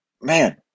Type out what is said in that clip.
man